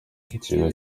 ikigo